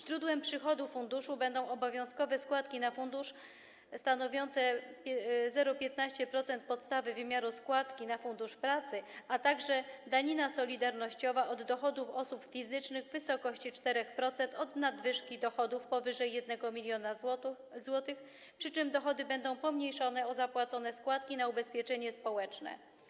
Źródłem przychodu funduszu będą obowiązkowe składki na fundusz, stanowiące 0,15% podstawy wymiaru składki na Fundusz Pracy, a także danina solidarnościowa od dochodów osób fizycznych w wysokości 4% od nadwyżki dochodów powyżej 1 mln zł, przy czym dochody będą pomniejszone o zapłacone składki na ubezpieczenie społeczne.